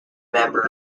member